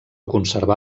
conservà